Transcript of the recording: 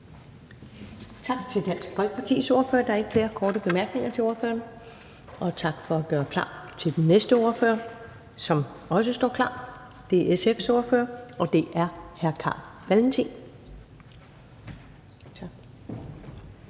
Tak til Dansk Folkepartis ordfører. Der er ikke flere korte bemærkninger til ordføreren. Og tak for at gøre klar til den næste ordfører, som også står klar. Det er SF's ordfører, og det er hr. Carl Valentin.